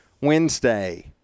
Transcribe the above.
Wednesday